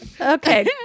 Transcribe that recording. Okay